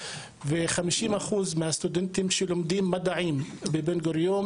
ו-50% מהסטודנטים שלומדים מדעים בבן-גוריון